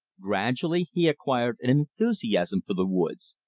gradually he acquired an enthusiasm for the woods,